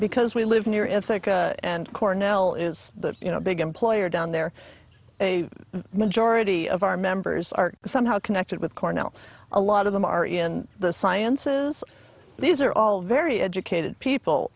because we live near ithaca and cornell is that you know big employer down there a majority of our members are somehow connected with cornell a lot of them are in the sciences these are all very educated people